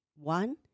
One